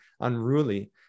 unruly